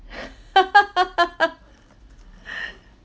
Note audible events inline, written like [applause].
[laughs]